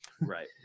Right